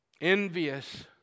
Envious